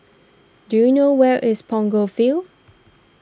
do you know where is Punggol Field